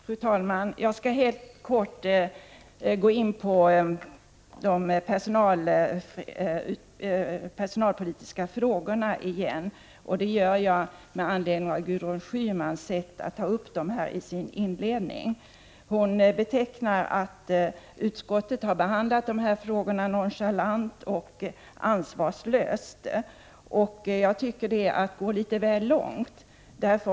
Fru talman! Jag skall kort gå in på de personalpolitiska frågorna igen. Det gör jag med anledning av Gudrun Schymans sätt att ta upp dessa frågor i sitt inledningsanförande. Hon säger att utskottet har behandlat dessa frågor nonchalant och ansvarslöst. Jag tycker att det är att gå litet väl långt.